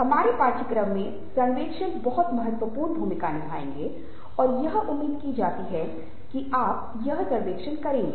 हमारे पाठ्यक्रम में सर्वेक्षण बहुत महत्वपूर्ण भूमिका निभाएंगे और यह उम्मीद की जाती है कि आप यह सर्वेक्षण करेंगे